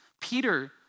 Peter